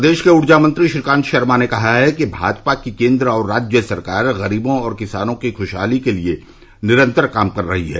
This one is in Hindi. प्रदेश के ऊर्जा मंत्री श्रीकांत शर्मा ने कहा है कि भाजपा की केन्द्र और राज्य सरकार ग़रीबों और किसानों की खुशहाली के लिए निरन्तर काम कर रही है